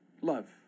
love